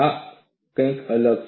આ કંઈક અલગ છે